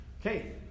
Okay